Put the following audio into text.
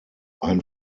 ein